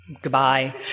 goodbye